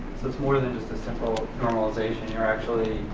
it's more than just a simple normalization. you're actually,